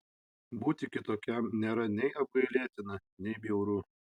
būti kitokiam nėra nei apgailėtina nei bjauru